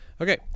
Okay